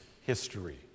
history